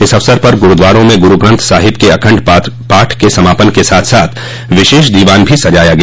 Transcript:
इस अवसर पर गुरूद्वारों में गुरूग्रन्थ साहिब के अखण्ड पाठ क समापन के साथ साथ विशेष दीवान भी सजाया गया